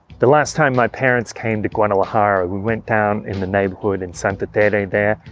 the last time my parents came to guadalajara we went down in the neighborhood in santa tere there,